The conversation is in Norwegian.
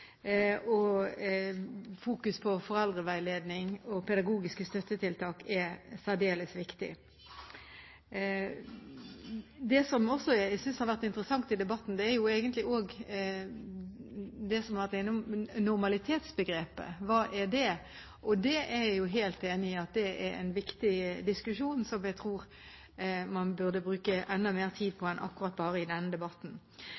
løsningen. Fokus på foreldreveiledning og pedagogiske støttetiltak er særdeles viktig. Det som jeg også synes har vært interessant i debatten, er det man har vært innom når det gjelder normalitetsbegrepet og hva det er. Det er jeg helt enig i er en viktig diskusjon som jeg tror man burde bruke enda mer tid på enn akkurat bare denne debatten.